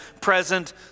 present